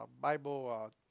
Bible